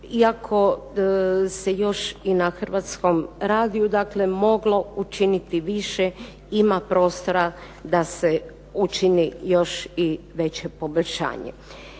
iako se još i na Hrvatskom radiju moglo učiniti više ima prostora da se učini još i veće poboljšanje.